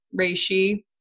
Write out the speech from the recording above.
reishi